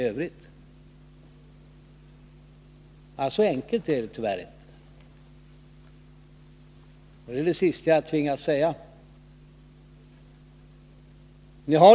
Men så enkelt är det tyvärr inte, och det är det sista jag tvingas säga.